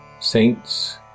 Saints